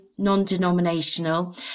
non-denominational